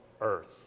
Earth